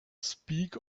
speak